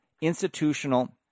institutional